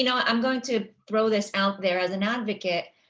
yeah i'm going to throw this out there as an advocate.